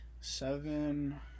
Seven